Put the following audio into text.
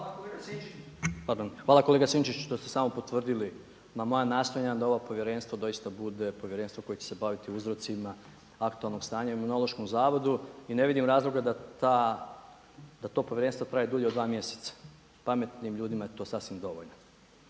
Hvala kolega Sinčić što ste samo potvrdili na moja nastojanja da ovo povjerenstvo doista bude povjerenstvo koje će se baviti uzrocima, aktualnim stanjem u Imunološkom zavodu. I ne vidim razloga da to povjerenstvo traje dulje od dva mjeseca. Pametnim ljudima je to sasvim dovoljno.